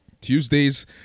Tuesdays